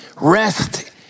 Rest